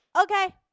Okay